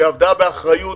שעבדה באחריות